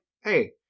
hey